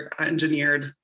engineered